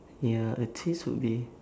ya a twist would be